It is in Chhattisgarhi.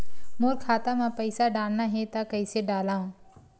मोर खाता म पईसा डालना हे त कइसे डालव?